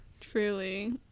Truly